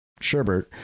Sherbert